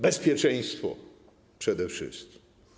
Bezpieczeństwo przede wszystkim.